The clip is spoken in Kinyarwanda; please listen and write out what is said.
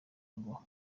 ngo